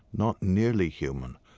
not nearly human,